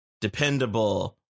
dependable